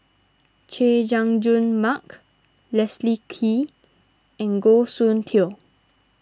Chay Jung Jun Mark Leslie Kee and Goh Soon Tioe